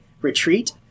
retreat